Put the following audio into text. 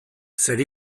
zer